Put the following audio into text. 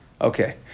Okay